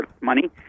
money